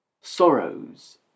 Sorrows